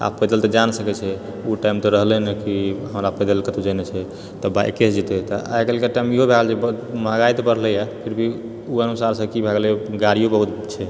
आब पैदल तऽ जाए नही सकैत छै ओ टाइम तऽ रहलै नहि कि हमरा पैदल कतहुँ जेनाय छै तऽ बाइकेसँ जेतै तऽ आइकाल्हिके टाइममे इहो भए गेल छै महगाइ तऽ बढ़लैए फिर भी ओ अनुसारसँ की भए गेलै गाड़ियो बहुत छै